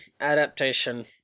adaptation